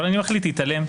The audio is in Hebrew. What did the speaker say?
אבל אני מחליט להתעלם.